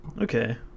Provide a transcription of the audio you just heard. okay